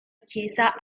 chiesa